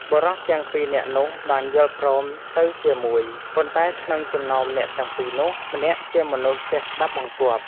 បុរសទាំងពីរនាក់នោះបានយល់ព្រមទៅជាមួយ ប៉ុន្តែក្នុងចំណោមអ្នកទាំងពីរនោះ ម្នាក់ជាមនុស្សចេះស្តាប់បង្គាប់។